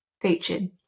featured